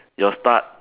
your start